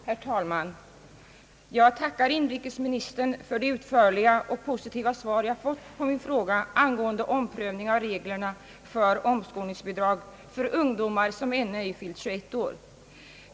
Herr talman! Jag tackar inrikesministern för det utförliga och positiva svar jag fått på min fråga angående omprövning av reglerna för omskolningsbidrag till ungdomar som ännu ej fyllt 21 år.